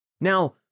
Now